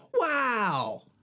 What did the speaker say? wow